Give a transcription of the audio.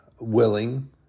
willing